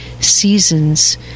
seasons